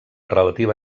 relativa